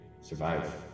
Survive